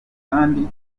kandi